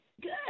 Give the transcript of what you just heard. Good